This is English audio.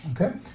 Okay